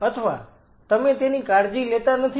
અથવા તમે તેની કાળજી લેતા નથી